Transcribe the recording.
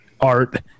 art